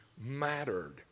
mattered